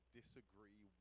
disagree